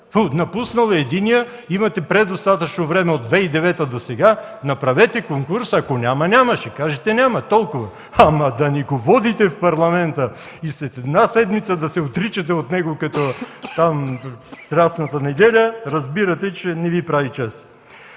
Напуснал единият, имахте предостатъчно време от 2009 г. досега, направете конкурс. Ако няма, няма, ще кажете: „Няма!”. Толкова! Да ни го водите в парламента и след една седмица да се отричате от него като Страстната неделя, разбирате, че не Ви прави чест.